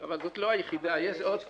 אבל זאת לא היחידה, יש עוד כמה.